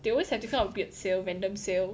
they always have this kind of weird sale random sale